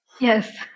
Yes